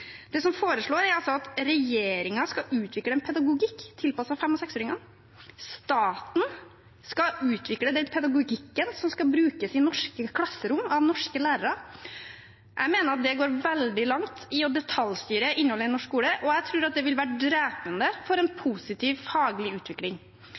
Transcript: Det som foreslås, er altså at regjeringen skal utvikle en pedagogikk tilpasset fem- og seksåringene – staten skal utvikle den pedagogikken som skal brukes i norske klasserom av norske lærere. Jeg mener at det går veldig langt i å detaljstyre innholdet i norsk skole, og jeg tror at det vil være drepende for en